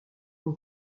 mon